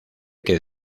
que